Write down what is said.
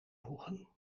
voegen